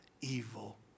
evil